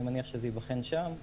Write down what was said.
אני מניח שזה ייבחן שם.